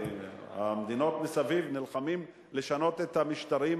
המדינות מסביב נלחמות לשנות את המשטרים